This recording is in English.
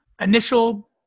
initial